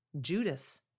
Judas